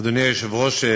אדוני היושב-ראש,